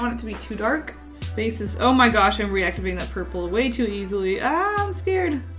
want it to be too dark. space is oh my gosh. i'm reactivating that purple away too easily. ahh, i'm scared!